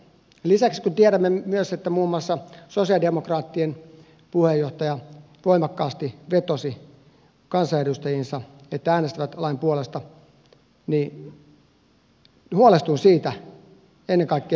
lisäksi kun tiedämme myös että muun muassa sosialidemokraattien puheenjohtaja voimakkaasti vetosi kansanedustajiinsa että äänestävät lain puolesta niin huolestun siitä ennen kaikkea että millä perusteilla